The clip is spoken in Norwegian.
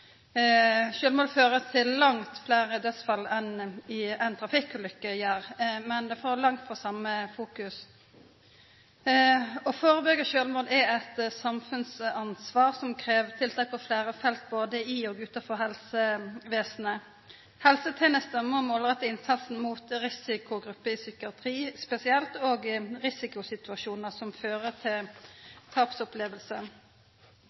Sjølvmord fører til langt fleire dødsfall enn det trafikkulykker gjer, men det får langt frå same merksemd. Å førebyggja sjølvmord er eit samfunnsansvar som krev tiltak på fleire felt, både i og utanfor helsevesenet. Helsetenestene må målretta innsatsen mot risikogrupper i psykiatri spesielt og risikosituasjonar som fører